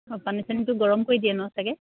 অঁ পানী চানীটো গৰম কৰি দিয়ে ন চাগে